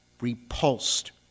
repulsed